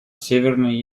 северной